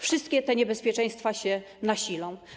Wszystkie te niebezpieczeństwa się nasilą.